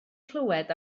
clywed